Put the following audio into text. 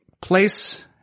place